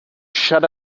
shut